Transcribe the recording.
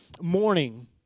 morning